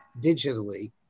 digitally